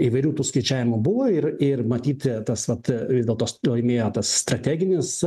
įvairių tų skaičiavimų buvo ir ir matyt tas vat dėl tos laimėjo tas strateginis